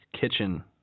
Kitchen